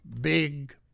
Big